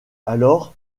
alors